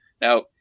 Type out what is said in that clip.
Now